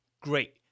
great